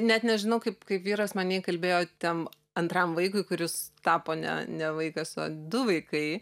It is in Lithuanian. net nežinau kaip kaip vyras mane įkalbėjo ten antram vaikui kuris tapo ne ne vaikas o du vaikai